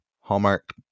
Hallmark